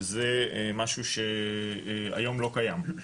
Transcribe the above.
שזה משהו שהיום לא קיים.